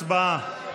הצבעה.